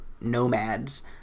nomads